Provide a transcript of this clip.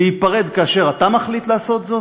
להיפרד כאשר אתה מחליט לעשות זאת,